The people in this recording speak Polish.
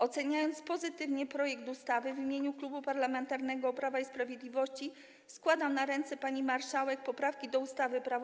Oceniając pozytywnie projekt ustawy, w imieniu Klubu Parlamentarnego Prawo i Sprawiedliwość składam na ręce pani marszałek poprawki do ustawy o zmianie